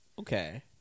Okay